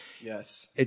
Yes